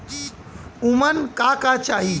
उमन का का चाही?